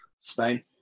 Spain